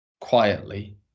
quietly